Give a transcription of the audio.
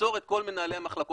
לעצור את כל מנהלי המחלקות,